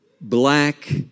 black